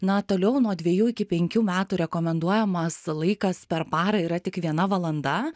na toliau nuo dviejų iki penkių metų rekomenduojamas laikas per parą yra tik viena valanda